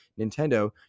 Nintendo